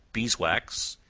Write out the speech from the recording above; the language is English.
beeswax,